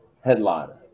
headliner